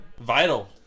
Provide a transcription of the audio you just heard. Vital